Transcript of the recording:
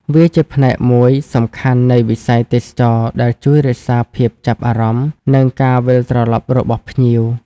វាជាផ្នែកមួយសំខាន់នៃវិស័យទេសចរណ៍ដែលជួយរក្សាភាពចាប់អារម្មណ៍ និងការវិលត្រឡប់របស់ភ្ញៀវ។